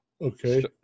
Okay